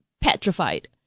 Petrified